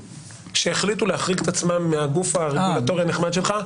שהחליטו להחריג את עצמם מהגוף הרגולטורי הנחמד שלך.